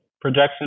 projection